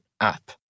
app